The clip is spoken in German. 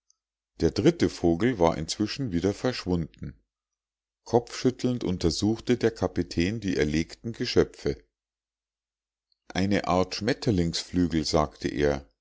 der dritte vogel war inzwischen wieder verschwunden kopfschüttelnd untersuchte der kapitän die erlegten geschöpfe eine art schmetterlingsflügel sagte er